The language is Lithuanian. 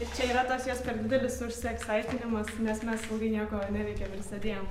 ir čia yra toks jos per didelis užsieksaitinimas nes mes ilgai nieko neveikėm ir sėdėjom